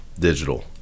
digital